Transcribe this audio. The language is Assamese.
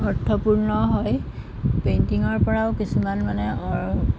অৰ্থপূৰ্ণ হয় পেইণ্টিঙৰ পৰাও কিছুমান মানে অৰ